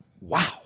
wow